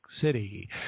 City